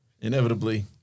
inevitably